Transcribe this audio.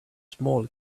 small